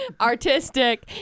Artistic